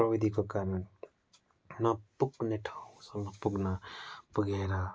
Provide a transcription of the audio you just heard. प्रविधिको कारण नपुग्ने ठाउँसम्म पुग्न पुगेर